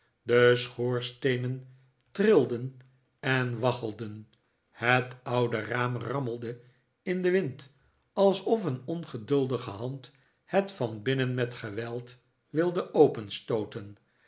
de schoorsteenen trilden en waggelden het oude raam rammelde in den wind alsof een ongeduldige hand het van binnen met geweld wilde